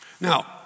Now